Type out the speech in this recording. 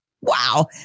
Wow